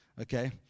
okay